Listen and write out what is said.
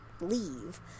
leave